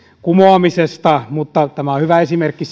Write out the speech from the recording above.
kumoamisesta mutta tämä on hyvä esimerkki